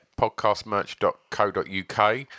podcastmerch.co.uk